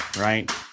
right